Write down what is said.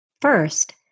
First